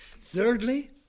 Thirdly